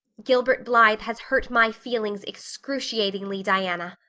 gilbert blythe has hurt my feelings excruciatingly, diana.